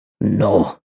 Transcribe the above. No